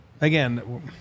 Again